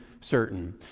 certain